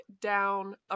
down